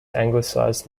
anglicised